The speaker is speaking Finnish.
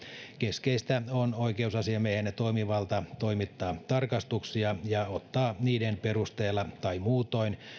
keskeistä on oikeusasiamiehen toimivalta toimittaa tarkastuksia ja ottaa niiden perusteella tai muutoin